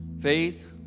faith